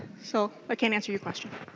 so i can answer your question.